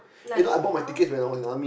like now